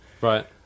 right